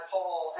Paul